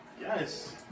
Yes